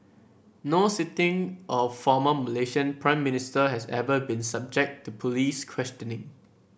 no sitting or former Malaysian Prime Minister has ever been subject to police questioning